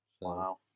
Wow